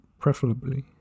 preferably